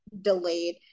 delayed